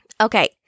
Okay